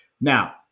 Now